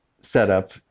setup